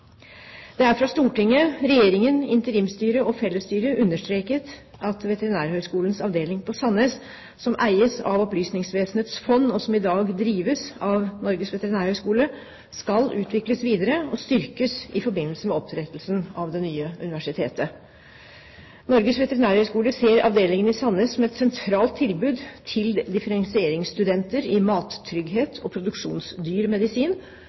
Det er fra Stortinget, regjeringen, interimsstyret og fellesstyret understreket at Veterinærhøgskolens avdeling på Sandnes, som eies av Opplysningsvesenets fond, og som i dag drives av Norges veterinærhøgskole, skal utvikles videre og styrkes i forbindelse med opprettelsen av det nye universitetet. Norges veterinærhøgskole ser avdelingen på Sandnes som et sentralt tilbud til differensieringsstudenter i